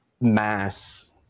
mass